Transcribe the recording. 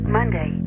Monday